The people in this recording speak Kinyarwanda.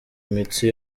imitsi